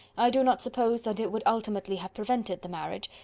i do not suppose that it would ultimately have prevented the marriage,